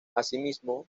asimismo